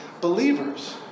believers